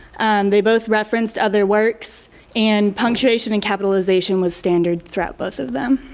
they both referenced other works and punctuation and capitalization was standard throughout both of them.